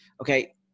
Okay